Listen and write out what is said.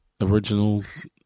originals